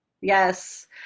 Yes